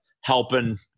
helping